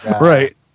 Right